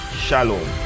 Shalom